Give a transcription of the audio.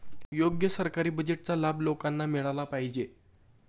योग्य सरकारी बजेटचा लाभ लोकांना मिळाला पाहिजे